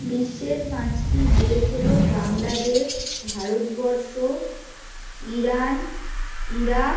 বিশ্বের পাঁচটি দেশ হল বাংলাদেশ ভারতবর্ষ ইরান ইরাক